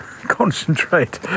concentrate